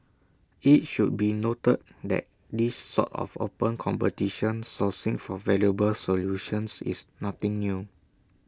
IT should be noted that this sort of open competition sourcing for valuable solutions is nothing new